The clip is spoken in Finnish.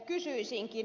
kysyisinkin